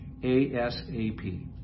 ASAP